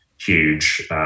huge